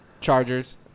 chargers